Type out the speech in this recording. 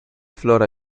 flora